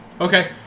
Okay